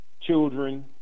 children